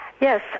Yes